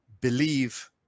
believe